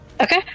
Okay